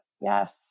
Yes